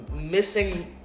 missing